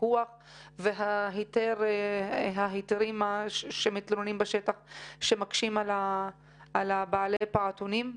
פיקוח וההיתרים שמקשים על בעלי פעוטונים.